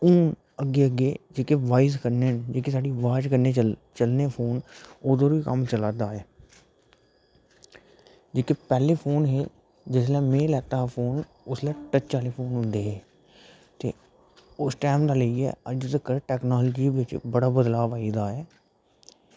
ते हून अग्गें अग्गें जेह्की साढ़ी वॉयस कन्नै चलने फोन ओह्दे उप्पर बी कम्म चला दा ऐ जेह्के पैह्लें फोन हे जेल्लै में लैता हा फोन उसलै टच आह्ले फोन होंदे हे उस टाईम कशा लेइयै अज्ज तगर टेक्नोलॉज़ी बिच बड़ा बदलाव आई गेदा ऐ